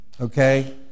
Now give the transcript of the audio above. Okay